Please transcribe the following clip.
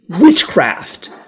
witchcraft